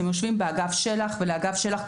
הם יושבים באגף של"ח ולאגף של"ח,